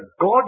God